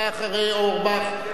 הבא אחרי אורבך,